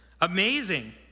Amazing